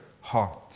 heart